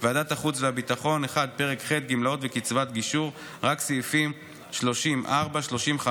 בשוק הדיור, רק סעיפים 8 10,